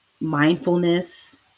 mindfulness